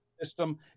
system